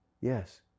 Yes